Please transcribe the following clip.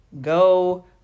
Go